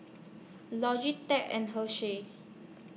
Logitech and Hersheys